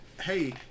Hey